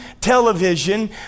television